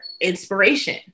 inspiration